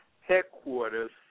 headquarters